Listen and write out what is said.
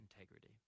integrity